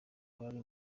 bari